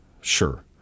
Sure